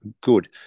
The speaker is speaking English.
good